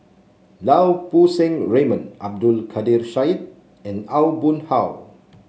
Lau Poo Seng Raymond Abdul Kadir Syed and Aw Boon Haw